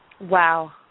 Wow